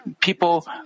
people